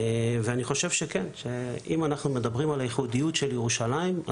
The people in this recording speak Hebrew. אני חושב שאם אנחנו מדברים על הייחודיות של ירושלים,